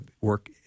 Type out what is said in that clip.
work